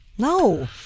No